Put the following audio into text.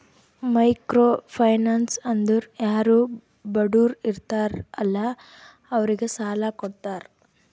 micro finance ಅಂದುರ್ ಯಾರು ಬಡುರ್ ಇರ್ತಾರ ಅಲ್ಲಾ ಅವ್ರಿಗ ಸಾಲ ಕೊಡ್ತಾರ್